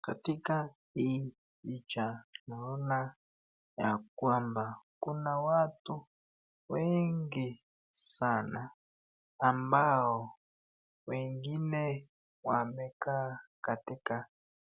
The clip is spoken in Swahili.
Katika hii picha naona yakwamba kuna watu wengi sana ambao wengine wamekaa katika